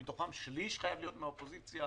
שמתוכם שליש חייב להיות מהאופוזיציה,